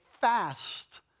fast